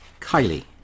Kylie